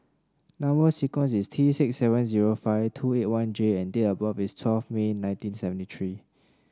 number sequence is T six seven zero five two eight one J and date of birth is twelve May nineteen seventy three